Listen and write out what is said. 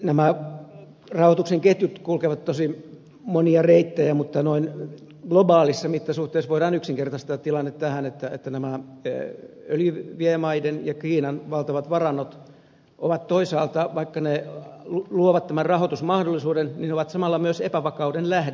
nämä rahoituksen ketjut kulkevat tosin monia reittejä mutta noin globaaleissa mittasuhteissa voidaan yksinkertaistaa tilanne tähän että nämä öljynviejämaiden ja kiinan valtavat varannot vaikka ne luovat tämän rahoitusmahdollisuuden ovat toisaalta samalla myös epävakauden lähde